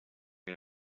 our